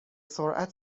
سرعت